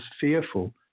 fearful